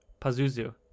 Pazuzu